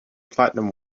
platinum